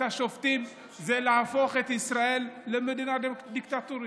השופטים זה להפוך את ישראל למדינה דיקטטורית.